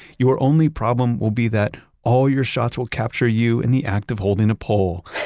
your only problem will be that all your shots will capture you in the act of holding a pole,